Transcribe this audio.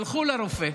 הלכו לרופא,